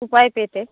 উপায় পেতে